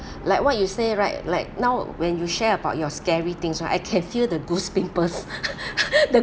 like what you say right like now when you share about your scary things right I can feel the goose pimples the